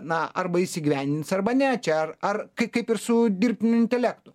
na arba įsigyvendins arba ne čia ar ar kaip kaip ir su dirbtiniu intelektu